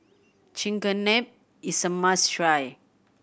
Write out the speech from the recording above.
chigenabe is a must try